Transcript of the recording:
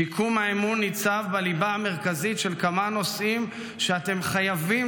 שיקום האמון ניצב בליבה המרכזית של כמה נושאים שאתם חייבים